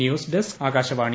news desk Akashvani